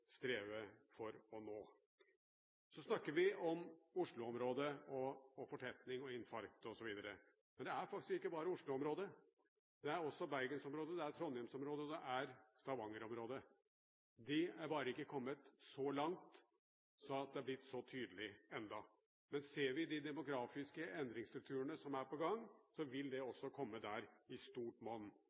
streve for å nå. Så snakker vi om Oslo-området – fortetning, infarkt osv. Men det er faktisk ikke bare Oslo-området – det er også Bergens-området, det er Trondheims-området, og det er Stavanger-området. Det er bare ikke kommet så langt at det er blitt så tydelig ennå. Ser vi de demografiske endringsstrukturene som er på gang, vil det også komme der – i stort monn.